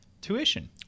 tuition